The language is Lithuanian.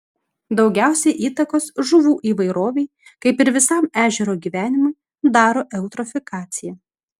daugiausiai įtakos žuvų įvairovei kaip ir visam ežero gyvenimui daro eutrofikacija